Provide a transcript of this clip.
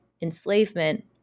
enslavement